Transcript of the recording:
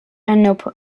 and